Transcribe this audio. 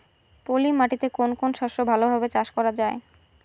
পলি মাটিতে কোন কোন শস্য ভালোভাবে চাষ করা য়ায়?